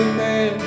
man